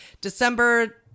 December